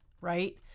Right